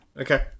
Okay